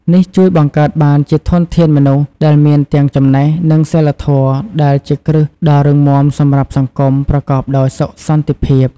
នេះជួយបង្កើតបានជាធនធានមនុស្សដែលមានទាំងចំណេះ និងសីលធម៌ ដែលជាគ្រឹះដ៏រឹងមាំសម្រាប់សង្គមប្រកបដោយសុខសន្តិភាព។